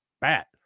bat